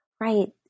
Right